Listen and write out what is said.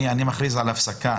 אני מכריז על הפסקה